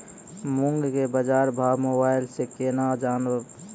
मूंग के बाजार भाव मोबाइल से के ना जान ब?